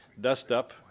dust-up